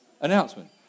Announcement